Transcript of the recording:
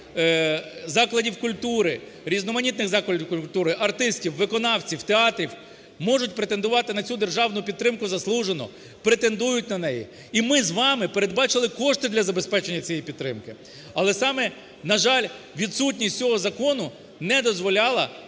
закладів культури, різноманітних закладів культури, артистів, виконавців, театрів можуть претендувати на цю державну підтримку заслужено, претендують на неї і ми з вами передбачили кошти для забезпечення цієї підтримки. Але саме, на жаль, відсутність цього закону не дозволяла